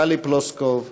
טלי פלוסקוב,